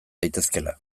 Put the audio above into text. daitezkeela